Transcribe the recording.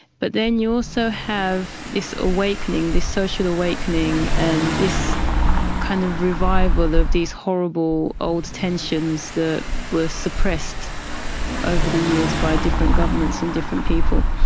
but then you also have this awakening, this social awakening, and this kind of revival of these horrible old tensions that were suppressed over the years by different governments and different people.